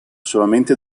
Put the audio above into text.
solamente